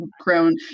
grown